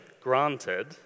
granted